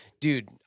Dude